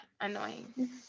annoying